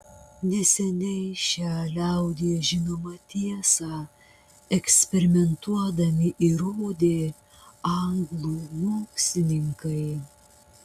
neseniai šią liaudyje žinomą tiesą eksperimentuodami įrodė anglų mokslininkai